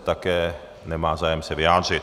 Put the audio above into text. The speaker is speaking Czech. Také nemá zájem se vyjádřit.